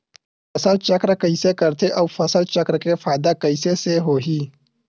फसल चक्र कइसे करथे उ फसल चक्र के फ़ायदा कइसे से होही?